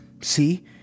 See